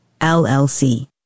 LLC